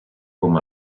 com